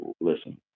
listen